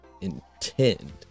intend